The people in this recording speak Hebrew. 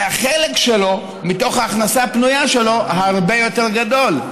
הרי החלק שלו מתוך ההכנסה הפנויה שלו הרבה יותר גדול,